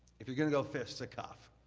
if you're going to go fisticuff.